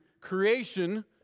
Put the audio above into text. creation